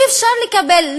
אי-אפשר לקבל,